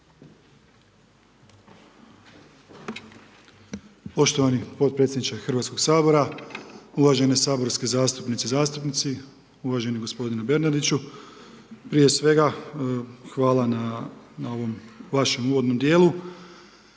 Poštovani potpredsjedniče Hrvatskoga sabora, uvaženi saborski zastupnice i zastupnici. Uvaženi gospodine Bernardiću prije svega hvala na ovom vašem uvodnom dijelu